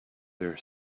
their